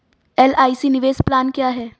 LIC निवेश plan क्या है?